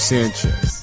Sanchez